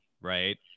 right